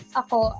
ako